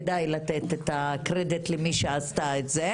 כדאי לתת את הקרדיט למי שעשתה את זה